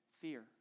Fear